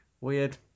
Weird